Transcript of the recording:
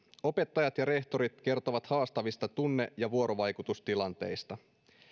opettajat ja rehtorit kertovat haastavista tunne ja vuorovaikutustilanteista